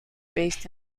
based